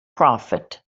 prophet